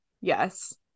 Yes